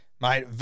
Mate